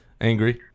Angry